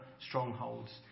strongholds